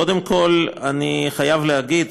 קודם כול אני חייב להגיד,